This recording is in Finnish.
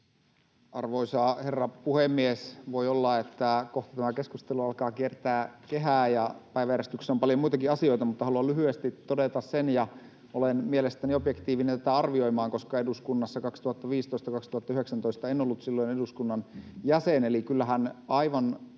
Arvoisa herra puhemies! Voi olla, että kohta tämä keskustelu alkaa kiertää kehää, ja päiväjärjestyksessä on paljon muitakin asioita, mutta haluan lyhyesti todeta tämän ja olen mielestäni objektiivinen tätä arvioimaan, koska 2015—2019 en ollut eduskunnan jäsen.